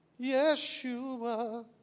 Yeshua